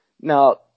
Now